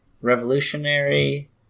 revolutionary